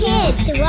Kids